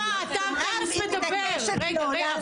רגע,